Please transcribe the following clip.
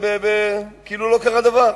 כאילו לא קרה דבר.